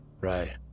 Right